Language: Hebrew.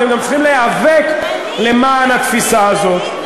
אתם גם צריכים להיאבק למען התפיסה הזאת,